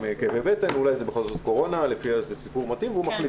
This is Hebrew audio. כאב בטן אולי זה בכל זאת קורונה והוא מחליט.